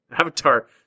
Avatar